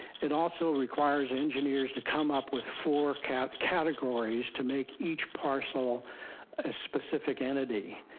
it also requires engineers to come up with four kind of categories to make each parcel a specific entity.